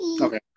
Okay